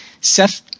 Seth